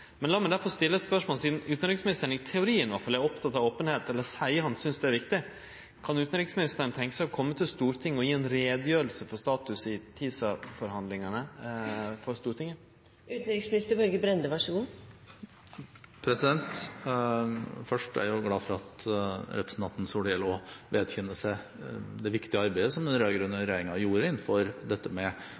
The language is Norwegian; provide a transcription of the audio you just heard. meg derfor stille eit spørsmål, sidan utanriksministeren iallfall i teorien er oppteken av openheit, eller seier at han synest det er viktig: Kan utanriksministeren tenkje seg å kome til Stortinget og gje ei utgreiing for status i TISA-forhandlingane? Først er jeg glad for at representanten Solhjell også vedkjenner seg det viktige arbeidet som den rød-grønne regjeringen gjorde innenfor dette med